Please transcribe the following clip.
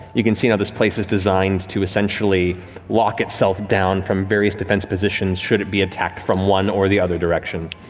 you can see now, this place is designed to essentially lock itself down from various defense positions should it be attacked from one or the other direction.